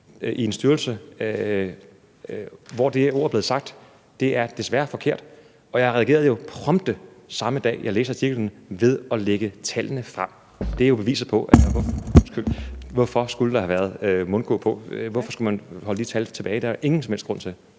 i en styrelse, hvor det ord er blevet sagt. Det er desværre forkert, og jeg reagerede jo prompte samme dag, jeg læste artiklen, ved at lægge tallene frem. Det er jo beviset på det. Hvorfor skulle der have været givet mundkurv på? Hvorfor skulle man holde de tal tilbage? Det er der ingen som helst grund til.